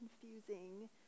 confusing